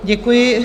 Děkuji.